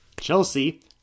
Chelsea